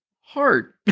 hard